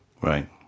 right